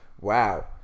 Wow